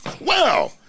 Wow